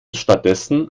stattdessen